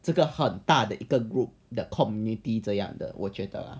这个很大的一个 group the community 这样的我觉得